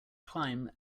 climb